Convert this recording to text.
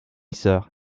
sœur